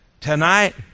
Tonight